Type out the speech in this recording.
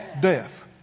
death